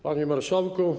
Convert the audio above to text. Panie Marszałku!